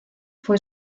fue